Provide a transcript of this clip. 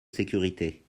sécurités